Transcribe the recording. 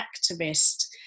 activist